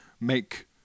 make